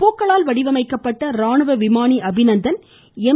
பூக்களால் வடிவமைக்கப்பட்ட ராணுவ விமானி அபினந்தன் எம்